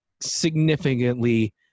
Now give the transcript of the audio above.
significantly